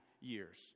years